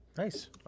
nice